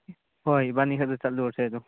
ꯍꯣꯏ ꯏꯕꯥꯟꯅꯤ ꯈꯛꯇ ꯆꯠꯂꯨꯔꯁꯦ ꯑꯗꯨꯝ